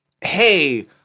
Hey